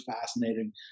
fascinating